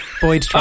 Boyd